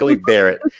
Barrett